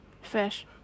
fish